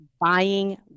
buying